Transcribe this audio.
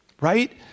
right